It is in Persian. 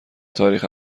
تاریخ